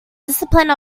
discipline